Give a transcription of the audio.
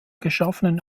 geschaffenen